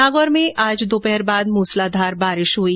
नागौर में आज दोपहर बाद मूसलाधार वर्षा हुई